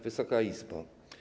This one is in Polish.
Wysoka Izbo!